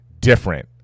different